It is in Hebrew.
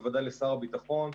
בוודאי לשר הביטחון,